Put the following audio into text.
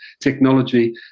technology